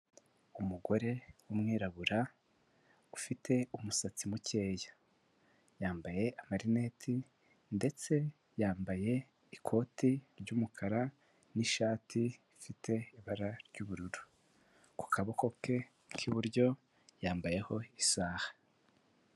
Umugore w'umwirabura ufite umusatsi mukeya, yambaye amarineti ndetse yambaye ikoti ry'umukara n'ishati ifite ibara ry'ubururu, ku kaboko ke k'iburyo yambayeho isaha.